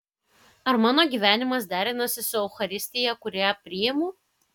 ar mano gyvenimas derinasi su eucharistija kurią priimu